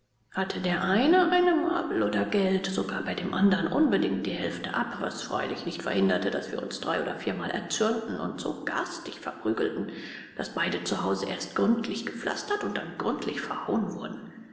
hatte der eine marbel oder geld so gab er dem andern unbedingt die hälfte ab was freilich nicht verhinderte daß wir uns drei oder viermal erzürnten und so garstig verprügelten daß beide zu hause erst gründlich gepflastert und dann gründlich verhauen wurden